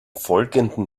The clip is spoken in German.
folgenden